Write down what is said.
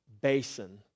basin